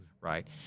right